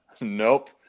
nope